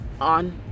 on